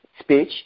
speech